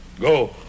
Go